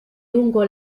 lungo